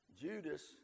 Judas